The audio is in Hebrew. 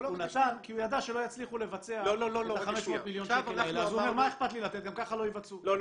הוא נתן כי הוא ידע שלא יצליחו לבצע את ה-500 מיליון האלה -- לא,